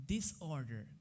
Disorder